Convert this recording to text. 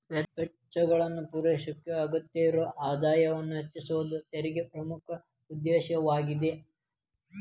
ವೆಚ್ಚಗಳನ್ನ ಪೂರೈಸಕ ಅಗತ್ಯವಿರೊ ಆದಾಯವನ್ನ ಹೆಚ್ಚಿಸೋದ ತೆರಿಗೆ ಪ್ರಮುಖ ಉದ್ದೇಶವಾಗ್ಯಾದ